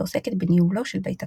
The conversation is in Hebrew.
שעוסקת בניהולו של בית הכנסת.